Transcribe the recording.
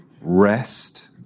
rest